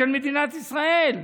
של מדינת ישראל,